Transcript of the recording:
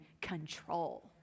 control